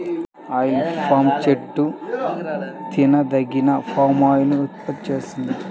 oil palm చెట్టు తినదగిన palm oil ని ఉత్పత్తి చేస్తుంది